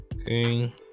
Okay